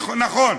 נכון,